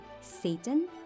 Satan